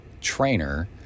trainer